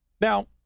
Now